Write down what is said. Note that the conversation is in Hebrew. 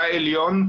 בעליון,